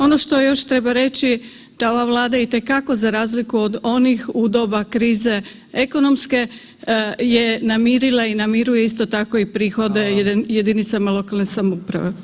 Ono što još treba reći da ova Vlada itekako za razliku od onih u doba krize ekonomske je namirila i namiruje isto tako i prihode jedinicama lokalne samouprave.